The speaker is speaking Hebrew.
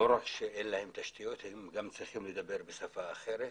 לא רק שאין להם תשתיות אלא הם גם צריכים לדבר בשפה אחרת,